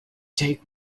take